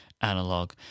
analog